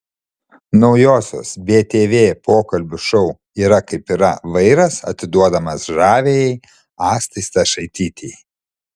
naujosios btv pokalbių šou yra kaip yra vairas atiduodamas žaviajai astai stašaitytei